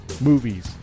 movies